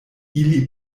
ili